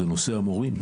את נושא המורים.